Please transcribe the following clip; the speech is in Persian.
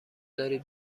دارید